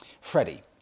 Freddie